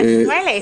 מה הכיוונים?